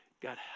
God